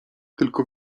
tylko